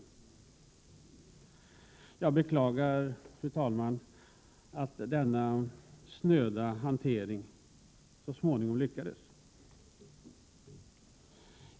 Jag beklagar, fru talman, att denna snöda hantering så småningom lyckades.